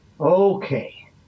Okay